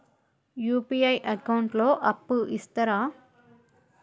UPI account లో అప్పు ఇస్తరా?